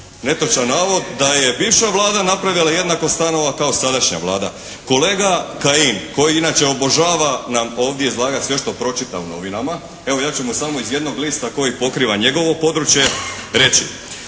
netočan navod da je bivša Vlada napravila jednako stanova kao sadašnja Vlada. Kolega Kajin koji inače obožava nam ovdje izlagati sve što pročita u novinama, evo ja ću mu samo iz jednog lista koji pokriva njegovo područje reći.